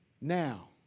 now